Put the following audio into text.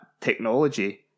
technology